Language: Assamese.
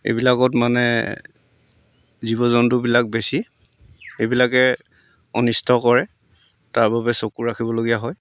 এইবিলাকত মানে জীৱ জন্তুবিলাক বেছি এইবিলাকে অনিষ্ট কৰে তাৰবাবে চকু ৰাখিবলগীয়া হয়